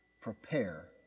Prepare